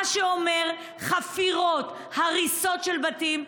מה שאומר חפירות, הריסות של בתים.